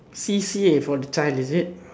C_C_A for the child is it